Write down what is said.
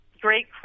Great